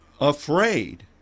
afraid